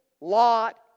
lot